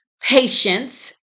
patience